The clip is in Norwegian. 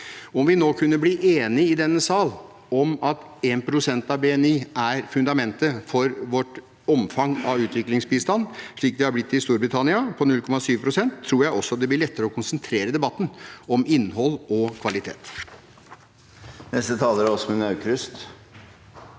Om vi nå kunne bli enige i denne sal om at 1 pst. av BNI er fundamentet for vårt omfang av utviklingsbistand, slik det har blitt i Storbritannia på 0,7 pst., tror jeg det også blir lettere å konsentrere debatten om innhold og kvalitet. Åsmund Aukrust